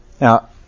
Now